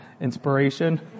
inspiration